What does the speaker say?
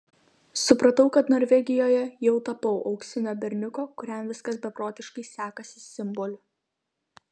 supratau kad norvegijoje jau tapau auksinio berniuko kuriam viskas beprotiškai sekasi simboliu